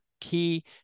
key